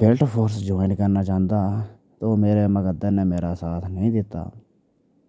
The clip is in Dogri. बैल्ट फोरस जाइन करना चांह्दा हा ते ओह् मेरे मकद्दर ने मेरा साथ नेईं दित्ता